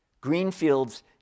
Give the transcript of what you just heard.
Greenfield's